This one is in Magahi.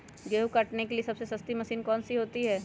गेंहू काटने के लिए सबसे सस्ती मशीन कौन सी होती है?